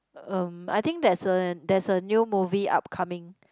um I think there's a there's a new movie upcoming